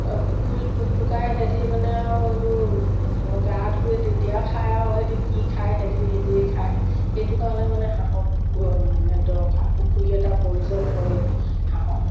পুখুৰীত টুকটোকাই সিহঁতে মানে আৰু এইবোৰ গা ধুৱে তেতিয়া খাই আৰু সিহঁতে কি খায় সিহঁতে নিজেই খায় সেইটো কাৰণে মানে হাঁহক মানে দৰকাৰ পুখুৰী এটা প্ৰয়োজন হয়েই হাঁহক